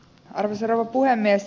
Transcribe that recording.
arvoisa rouva puhemies